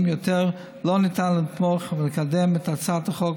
יותר לא ניתן לתמוך ולקדם את הצעת החוק,